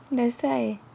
that's why